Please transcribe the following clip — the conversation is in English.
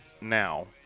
now